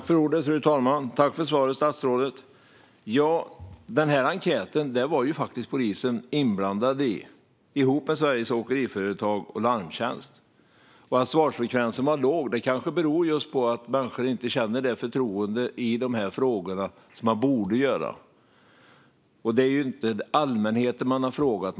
Fru talman! Jag tackar statsrådet för svaret. Den här enkäten var ju faktiskt polisen inblandad i ihop med Sveriges Åkeriföretag och Larmtjänst. Att svarsfrekvensen var låg kanske beror just på att människor inte känner det förtroende i de här frågorna som man borde. Det är ju inte allmänheten man har frågat.